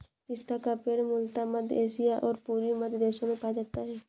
पिस्ता का पेड़ मूलतः मध्य एशिया और पूर्वी मध्य देशों में पाया जाता है